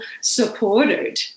supported